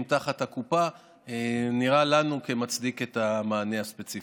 תחת הקופה נראה לנו כמצדיק את המענה הספציפי הזה.